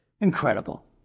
Incredible